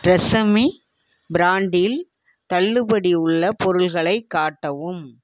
TRESemmé பிராண்டில் தள்ளுபடி உள்ள பொருட்களை காட்டவும்